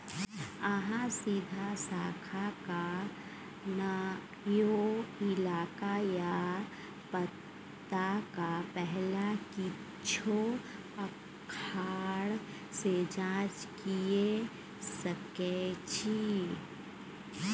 अहाँ सीधा शाखाक नाओ, इलाका या पताक पहिल किछ आखर सँ जाँच कए सकै छी